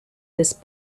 this